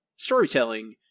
storytelling